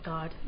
God